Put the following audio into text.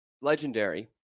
legendary